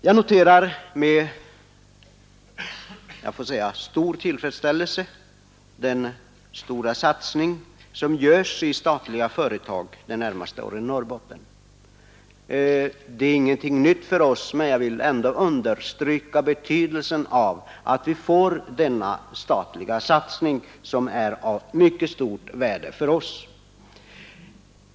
Jag noterar med stor tillfredsställelse den betydande satsning som görs i statliga företag under de närmaste åren i Norrbotten. Det är ingenting nytt för oss, men jag vill ändå understryka betydelsen av att vi får denna statliga satsning, som är av mycket stort värde för länet.